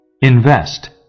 Invest